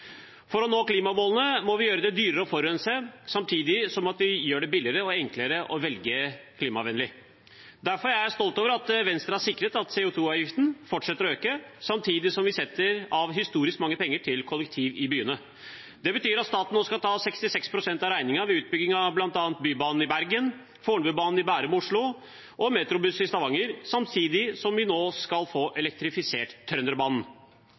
For å nå klimamålene må vi gjøre det dyrere å forurense, samtidig som vi gjør det billigere og enklere å velge klimavennlig. Derfor er jeg stolt over at Venstre har sikret at CO 2 -avgiften fortsetter å øke, samtidig som vi setter av historisk mange penger til kollektivtransport i byene. Det betyr at staten nå skal ta 66 pst. av regningen ved utbygging av bl.a. Bybanen i Bergen, Fornebubanen i Bærum og Oslo og Metrobussen i Stavanger, samtidig som vi nå skal få elektrifisert Trønderbanen.